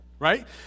right